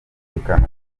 umutekano